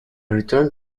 returned